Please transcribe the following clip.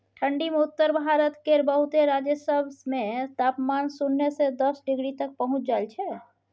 ठंढी मे उत्तर भारत केर बहुते राज्य सब मे तापमान सुन्ना से दस डिग्री तक पहुंच जाइ छै